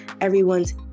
Everyone's